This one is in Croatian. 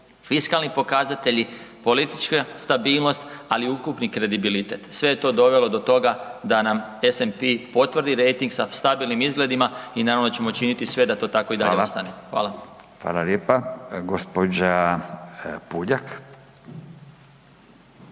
fiskalni pokazatelji, politička stabilnost, ali i ukupni kredibilitet sve je to dovelo do toga da nam SNP potvrdi rejting sa stabilnim izgledima i naravno da ćemo činiti sve da to tako i dalje ostane. Hvala. **Radin, Furio